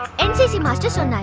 ncc master, sir?